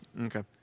Okay